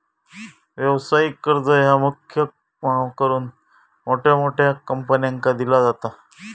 व्यवसायिक कर्ज ह्या मुख्य करून मोठ्या मोठ्या कंपन्यांका दिला जाता